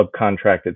subcontracted